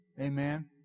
Amen